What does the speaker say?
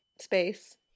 space